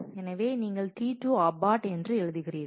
எனவே நீங்கள் T2 abort என்று எழுதுகிறீர்கள்